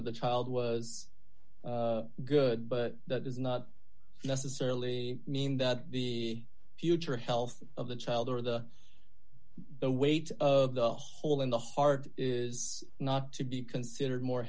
of the child was good but that is not necessarily mean that the future health of the child or the weight of the hole in the heart is not to be considered more